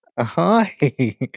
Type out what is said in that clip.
Hi